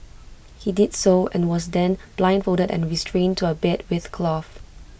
he did so and was then blindfolded and restrained to A bed with cloth